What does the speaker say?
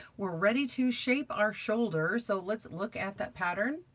we're ready to shape our shoulder. so let's look at that pattern.